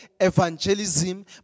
evangelism